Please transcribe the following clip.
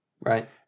right